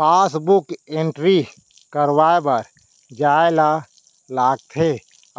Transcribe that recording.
passbook entry करवाए बर जाए ल लागथे